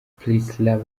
priscillah